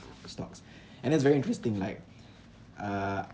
stocks and then it's very interesting like uh